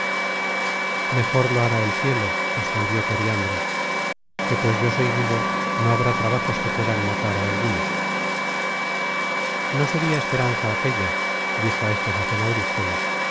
mejor lo hará el cielo respondió periandro que pues yo soy vivo no habrá trabajos que puedan matar á alguno no sería esperanza aquella dijo á esta sazon